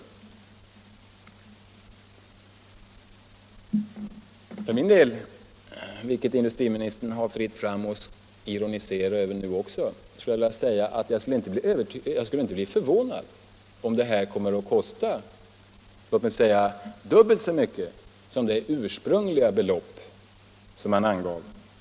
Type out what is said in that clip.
Jag skulle inte bli förvånad — och här har industriministern fritt fram att ironisera igen — om den slutliga kostnaden för Stålverk 80 blir dubbelt så hög som den han ursprungligen angav.